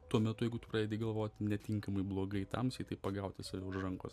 tuo metu jeigu tu pradedi galvoti netinkamai blogai tamsiai tai pagauti save už rankos